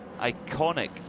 iconic